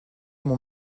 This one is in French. mon